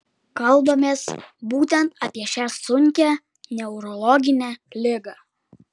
kalbamės būtent apie šią sunkią neurologinę ligą